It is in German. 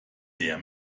der